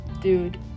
dude